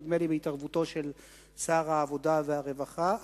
נדמה לי בהתערבותו של שר העבודה והרווחה.